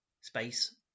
space